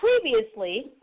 previously